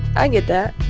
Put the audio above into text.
i get that.